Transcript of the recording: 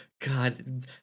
God